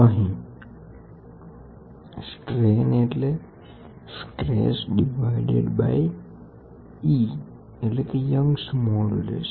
અહીં સ્ટ્રેન એટલે stress divided by E Young modulus